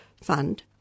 fund